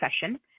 session